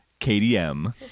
KDM